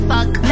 Fuck